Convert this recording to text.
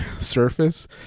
surface